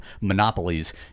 monopolies